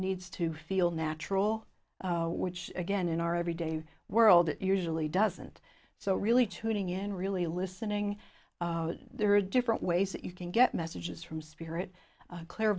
needs to feel natural which again in our everyday world it usually doesn't so really tuning in really listening there are different ways that you can get messages from spirit